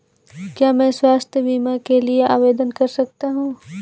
क्या मैं स्वास्थ्य बीमा के लिए आवेदन कर सकता हूँ?